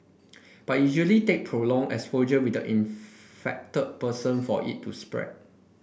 but it usually take prolonged exposure with the infected person for it to spread